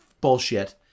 bullshit